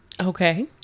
Okay